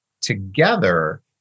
together